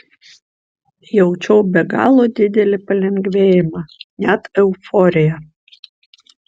jaučiau be galo didelį palengvėjimą net euforiją